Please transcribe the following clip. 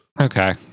Okay